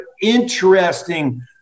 interesting